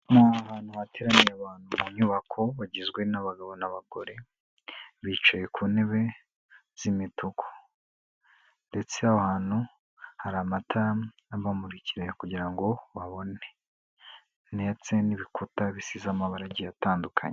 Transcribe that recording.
Ni ahantu hateraniye abantu mu nyubako bagizwe n'abagabo n'abagore bicaye ku ntebe z'imituku ndetse aho hantu hari amatara abamuriki kugira ngo babone ndetse n'ibikuta bisize amabara agiye atandukanye.